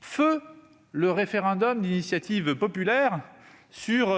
feu le référendum d'initiative populaire sur